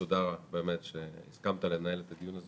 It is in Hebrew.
תודה שהסכמת לנהל את הדיון הזה,